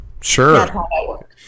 Sure